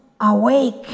awake